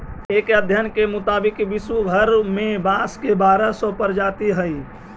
एक अध्ययन के मुताबिक विश्व भर में बाँस के बारह सौ प्रजाति हइ